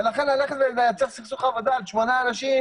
לכן ללכת לייצר סכסוך עבודה על שמונה אנשים,